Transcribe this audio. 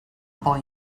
boy